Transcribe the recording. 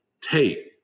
take